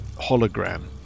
hologram